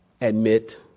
Admit